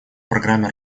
программе